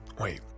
Wait